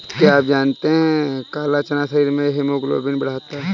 क्या आप जानते है काला चना शरीर में हीमोग्लोबिन बढ़ाता है?